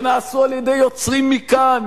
שנעשו על-ידי יוצרים מכאן,